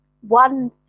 one